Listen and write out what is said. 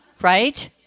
Right